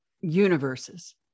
universes